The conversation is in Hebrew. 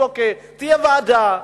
להגיד שתהיה ועדה,